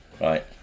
Right